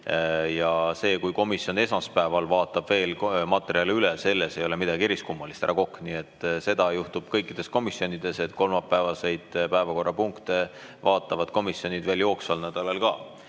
Ja selles, kui komisjon esmaspäeval vaatab veel materjale üle, ei ole midagi eriskummalist, härra Kokk. Seda juhtub kõikides komisjonides, et kolmapäevaseid päevakorrapunkte arutavad komisjonid veel jooksval nädalal ka.